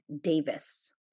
Davis